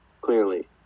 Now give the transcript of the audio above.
clearly